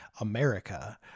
America